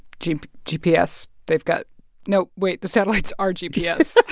gps gps they've got no, wait. the satellites are gps